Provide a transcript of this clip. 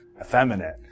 effeminate